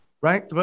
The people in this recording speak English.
Right